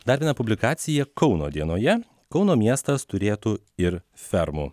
dar viena publikacija kauno dienoje kauno miestas turėtų ir fermų